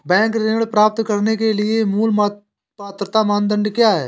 Bank ऋण प्राप्त करने के लिए मूल पात्रता मानदंड क्या हैं?